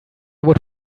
would